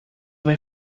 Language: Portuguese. vai